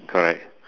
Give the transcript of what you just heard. correct